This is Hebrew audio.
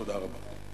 תודה רבה.